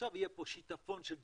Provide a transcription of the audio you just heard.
עכשיו יהיה פה שיטפון של דולרים,